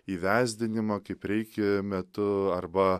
įvesdinimą kaip reikia metu arba